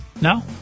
No